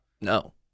No